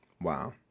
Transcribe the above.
Wow